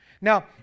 Now